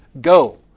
go